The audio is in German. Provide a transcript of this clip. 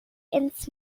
ins